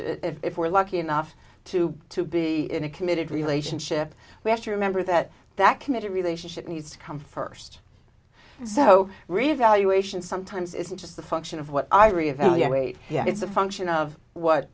to if we're lucky enough to to be in a committed relationship we have to remember that that committed relationship needs to come first so reevaluation sometimes isn't just a function of what i reevaluate it's a function of what